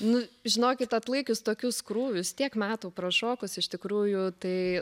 nu žinokit atlaikius tokius krūvius tiek metų prašokus iš tikrųjų tai